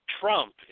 Trump